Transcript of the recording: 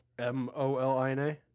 M-O-L-I-N-A